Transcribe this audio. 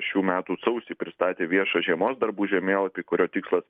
šių metų sausį pristatė viešą žiemos darbų žemėlapį kurio tikslas